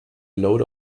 load